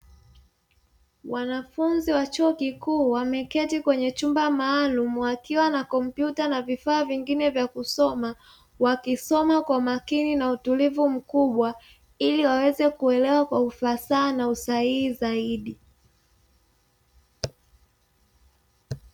Wanafunzi wa chuo kikuu wameketi kwenye chumba maalumu wakiwa na kompyuta na vifaa vingine vya kusoma, wakisoma kwa makini na utulivu mkubwa ili waweze kuelewa kwa ufasaha na usahihi zaidi.